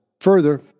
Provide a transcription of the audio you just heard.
further